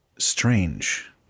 Strange